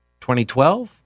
2012